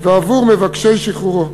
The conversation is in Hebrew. ועבור מבקשי שחרורו.